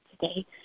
today